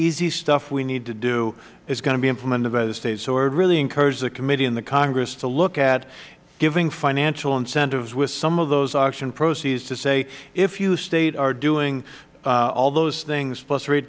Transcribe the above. easy stuff we need to do is going to be implemented by the states so i really encourage the committee and the congress to look at giving financial incentives with some of those auction proceeds to say if you state are doing all those things plus rate